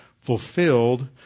fulfilled